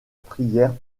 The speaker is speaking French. prière